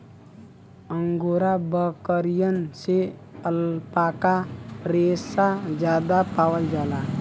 angora बकरियन से alpaca रेसा जादा पावल जाला